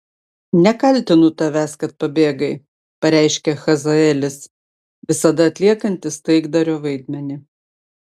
nekaltinu tavęs kad pabėgai pareiškė hazaelis visada atliekantis taikdario vaidmenį